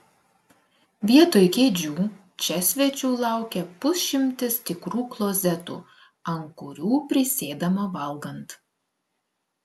vietoj kėdžių čia svečių laukia pusšimtis tikrų klozetų ant kurių prisėdama valgant